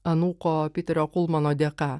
anūko piterio kulmano dėka